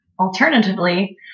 alternatively